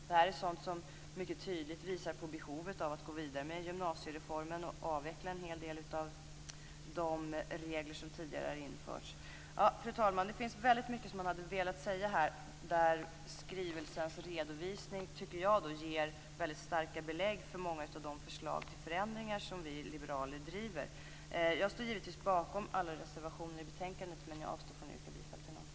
Det här är sådant som mycket tydligt visar på behovet av att gå vidare med gymnasiereformen och avveckla en hel del av de regler som tidigare införts. Fru talman! Det finns väldigt mycket som man hade velat säga där skrivelsens redovisning, tycker jag, ger väldigt starka belägg för många av de förslag till förändringar som vi liberaler driver. Jag står givetvis bakom alla reservationer i betänkandet, men jag avstår från att yrka bifall till någon.